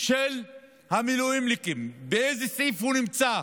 של המילואימניקים, באיזה סעיף הוא נמצא,